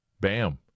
Bam